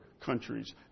countries